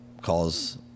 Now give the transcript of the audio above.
calls